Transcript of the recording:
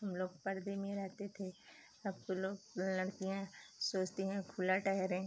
हम लोग पर्दे में रहते थे अब तो लोग लड़कियां सोचती हैं खुला टहले